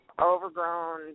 overgrown